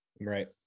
right